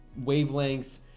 wavelengths